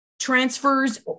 Transfers